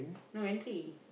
no gantry